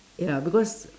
ya because